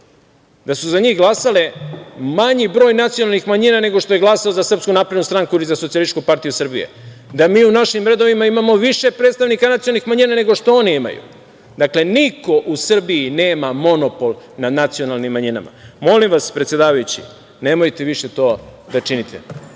da su za njih glasale, manji broj nacionalnih manjina nego što je glasao za SNS ili za SPS i da mi u našim redovima imamo više predstavnika nacionalnih manjina nego što oni imaju. Dakle, niko u Srbiji nema monopol nad nacionalnim manjinama. Molim vas, predsedavajući, nemojte više to da činite